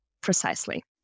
Precisely